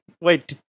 wait